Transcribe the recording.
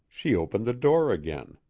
she opened the door again.